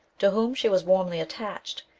to whom she was warmly attached,